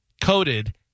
coated